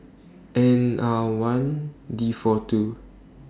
N R one D four two